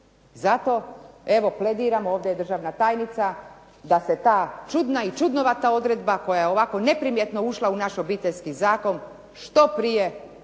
Zato evo plagiram, ovdje je državna tajnica, da se ta čudna i čudnovata odredba koja je ovako neprimjetno ušla u naš obiteljski zakon, što prije